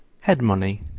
head-money,